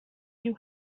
you